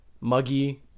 Muggy